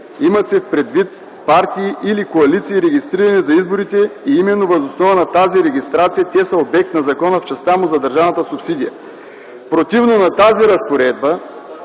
Има се предвид партии или коалиции, регистрирани за изборите, и именно въз основа на тази регистрация те са обект на закона в частта му за държавната субсидия. Противно на тази разпоредба т.